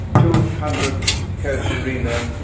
two hundred casuarina,